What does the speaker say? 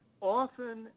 often